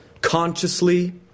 consciously